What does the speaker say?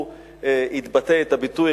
הוא התבטא את הביטוי,